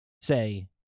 say